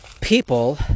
People